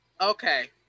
Okay